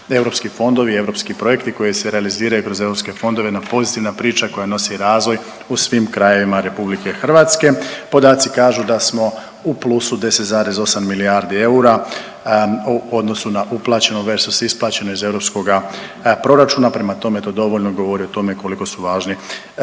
europski fondovi, europski projekti koji se realiziraju kroz europske fondove jedna pozitivna priča koja nosi razvoj u svim krajevima Republike Hrvatske. Podaci kažu da smo u plusu 10,8 milijardi eura u odnosu na uplaćeno, …/Govornik se ne razumije./… isplaćeno iz europskoga proračuna. Prema tome, to dovoljno govori o tome koliko su važni